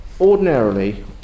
Ordinarily